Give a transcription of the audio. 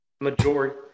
majority